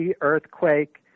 earthquake